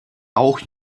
auch